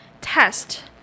test